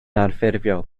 anffurfiol